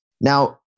Now